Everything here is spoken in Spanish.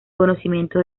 conocimiento